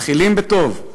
מתחילים בטוב.